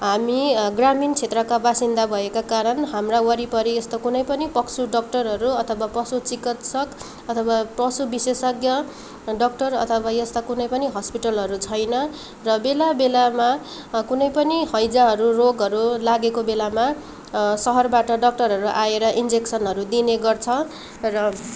हामी ग्रामीण क्षेत्रका बासिन्दा भएका कारण हाम्रा वरिपरि यस्तो कुनै पनि पशु डाक्टरहरू अथवा पशु चिकित्सक अथवा पशु विशेषज्ञ डाक्टर अथवा यस्ता कुनै पनि हस्पिटलहरू छैन र बेला बेलामा कुनै पनि हैजाहरू रोगहरू लागेको बेलामा शहरबाट डाक्टरहरू आएर इन्जेकसनहरू दिने गर्छ र